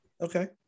Okay